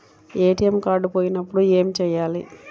ATM card పోయినప్పుడు ఏమి చేయాలి?